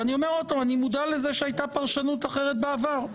ואני אומר עוד פעם: אני מודע לזה שהייתה פרשנות אחרת בעבר,